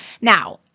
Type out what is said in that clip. Now